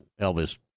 Elvis